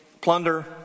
plunder